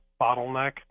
bottleneck